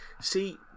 See